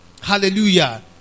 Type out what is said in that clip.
Hallelujah